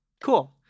Cool